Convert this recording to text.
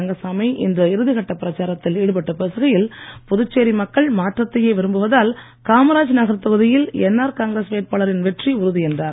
ரங்கசாமி இன்று இறுதிக் கட்டப் பிரச்சாரத்தில் ஈடுபட்டுப் பேசுகையில் புதுச்சேரி மக்கள் மாற்றத்தையே விரும்புவதால் காமராஜ் நகர் தொகுதியில் என்ஆர் காங்கிரஸ் வேட்பாளரின் வெற்றி உறுதி என்றார்